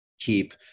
keep